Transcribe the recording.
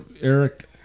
Eric